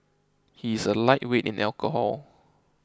he is a lightweight in alcohol